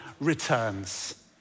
Returns